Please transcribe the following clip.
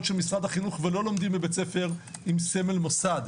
של משרד החינוך ולא לומדים בבית-ספר עם סמל מוסד.